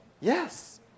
Yes